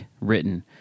written